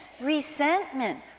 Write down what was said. resentment